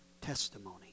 testimony